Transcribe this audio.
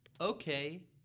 okay